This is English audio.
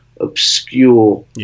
obscure